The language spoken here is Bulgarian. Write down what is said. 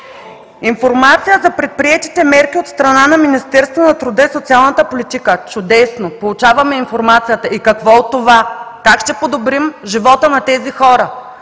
Информация за предприетите мерки от страна на Министерството на труда и социалната политика. Чудесно! Получаваме информацията и какво от това? Как ще подобрим живота на тези хора?